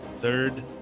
Third